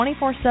24-7